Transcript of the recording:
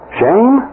shame